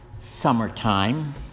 summertime